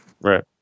Right